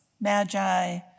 magi